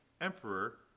emperor